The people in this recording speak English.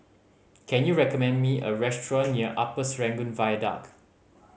can you recommend me a restaurant near Upper Serangoon Viaduct